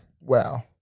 Wow